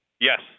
Yes